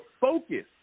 focus